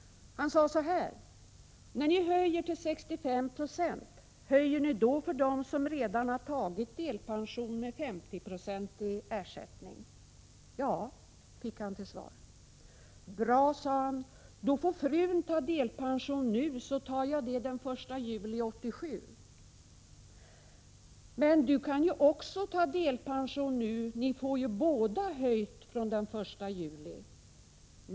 — När ni höjer till 65 96, höjer ni då för dem som redan tagit delpension med 50-procentig ersättning? frågade han. —- Ja, fick han till svar. — Bra, sade han. Då får frun ta delpension nu, så tar jag det den 1 juli 1987. — Men du kan ju också ta delpension nu — ni får ju båda höjt från den 1 juli.